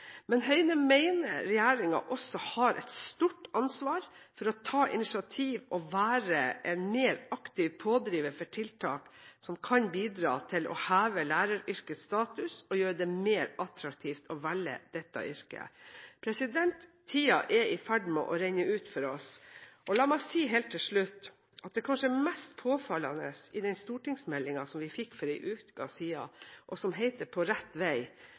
Men Høyre mener regjeringen også har et stort ansvar for å ta initiativ og være en mer aktiv pådriver for tiltak som kan bidra til å heve læreryrkets status og gjøre det mer attraktivt å velge dette yrket. Tiden er i ferd med å renne ut for oss. La meg si helt til slutt at det kanskje mest påfallende i den stortingsmeldingen som vi fikk for en uke siden, som heter «På rett vei»,